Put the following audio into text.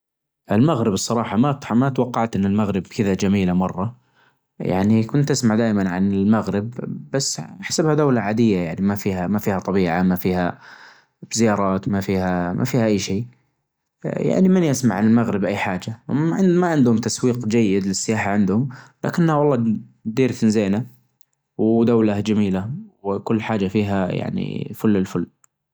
المكرونة والدجاج احب المكرونة واحب الدجاج يعني لو كنت مضطر اني اكل نوعين بس من الطعام باقي حياتي كلها اختار المكرونة والدجاج ما راح اختار اي نوع ثاني من اي اكلة لانه كمان وجبة متكاملة فيها نشويات فيها دهون فيها بروتين فيها كربوهيدرات فيها سكريات لان النشويات تتحول الى سكر فيها كل شيء